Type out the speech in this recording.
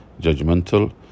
judgmental